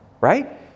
right